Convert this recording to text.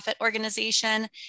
organization